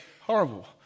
horrible